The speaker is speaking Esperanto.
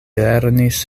lernis